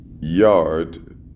yard